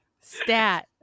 stat